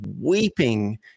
weeping